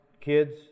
kids